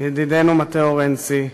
ידידנו מתאו רנצי,